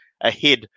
ahead